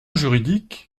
juridique